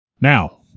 Now